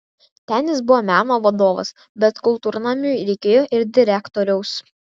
ten jis buvo meno vadovas bet kultūrnamiui reikėjo ir direktoriaus